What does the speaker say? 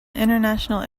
international